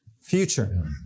future